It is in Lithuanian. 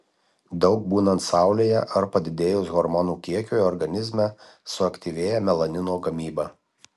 daug būnant saulėje ar padidėjus hormonų kiekiui organizme suaktyvėja melanino gamyba